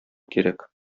кирәк